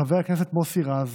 חבר הכנסת מוסי רז,